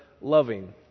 loving